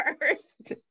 first